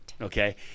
okay